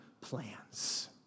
plans